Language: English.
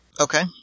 Okay